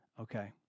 okay